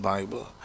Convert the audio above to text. Bible